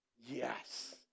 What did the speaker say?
Yes